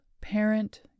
parent